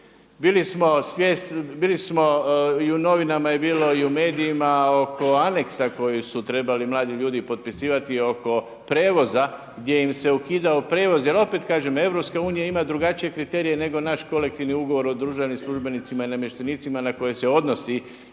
Bili smo, i u novinama je bilo i u medijima oko aneksa koji su trebali mladi ljudi potpisivati oko prijevoza gdje im se ukidao prijevoz jer opet kažem EU ima drugačije kriterije nego naš kolektivni ugovor o državnim službenicima i namještenicima na koje se odnosi